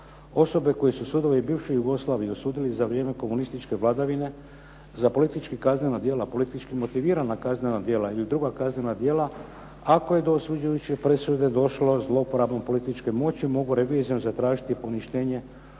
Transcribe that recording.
osobe koje su sudovi bivše Jugoslavije osudili za vrijeme komunističke vladavine za politički kaznena djela, politički motivirana kaznena djela ili druga kaznena djela, ako je do osuđujuće presude došlo zlouporabom političke moći mogu revizijom zatražiti poništenje